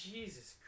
Jesus